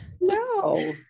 no